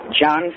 John